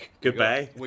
goodbye